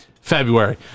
February